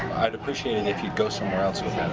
i'd appreciate and if you go somewhere else with that